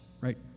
right